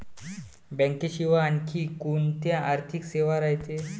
बँकेशिवाय आनखी कोंत्या आर्थिक सेवा रायते?